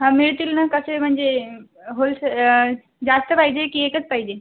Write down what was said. हा मिळतील ना कसे म्हणजे होलसेल जास्त पाहिजे की एकच पाहिजे